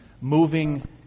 moving